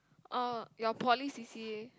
orh your poly c_c_a